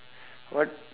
what